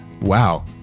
wow